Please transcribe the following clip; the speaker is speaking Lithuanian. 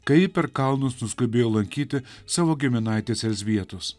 kaip per kalnus nuskubėjo lankyti savo giminaitės elzbietos